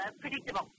predictable